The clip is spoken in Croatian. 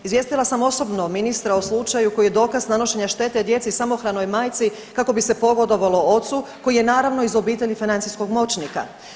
Izvijestila sam osobno ministra o slučaju koji je dokaz nanošenja šteti djeci samohranoj majci kako bi se pogodovalo ocu koji je naravno iz obitelji financijskog moćnika.